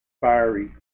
fiery